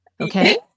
okay